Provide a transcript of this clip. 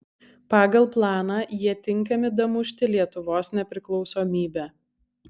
pagal planą jie tinkami damušti lietuvos nepriklausomybę